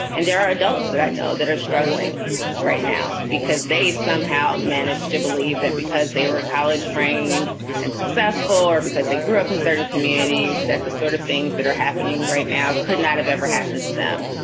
and there are adults that i know that are struggling right now because because they somehow managed to believe that because they were college trained and successful or because they grew up in certain communities, that the sort of things that are happening right now could not have ever happened to them,